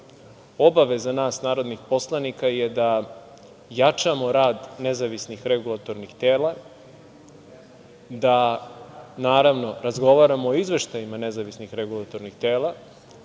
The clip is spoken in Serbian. Obaveza nas narodnih poslanika je da jačamo rad nezavisnih regulatornih tela, da naravno razgovaramo o izveštajima nezavisnih regulatornih tela,